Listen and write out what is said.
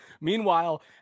Meanwhile